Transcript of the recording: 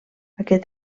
aquest